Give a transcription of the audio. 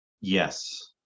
Yes